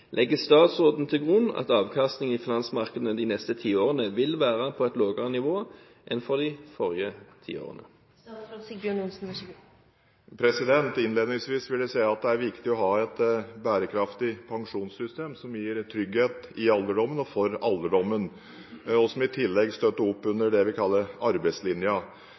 Legger statsråden til grunn at avkastningen i finansmarkedene de neste tiårene vil være på et lavere nivå enn for de siste tiårene?» Innledningsvis vil jeg si at det er viktig å ha et bærekraftig pensjonssystem som gir trygghet i alderdommen, og som i tillegg støtter opp under det vi kaller arbeidslinja.